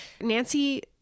Nancy